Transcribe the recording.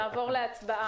נעבור להצבעה.